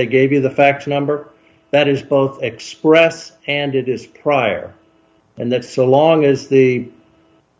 they gave you the fact number that is both express and it is prior and that so long as the